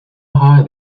high